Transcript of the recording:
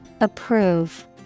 Approve